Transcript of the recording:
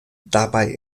dabei